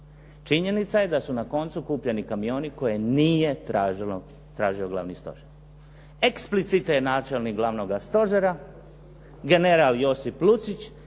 Činjenica je da su na koncu kupljeni kamioni koje nije tražio Glavni stožer. Eksplicite je načelnik Glavnoga stožera, general Josip Lucić